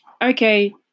Okay